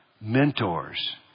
mentors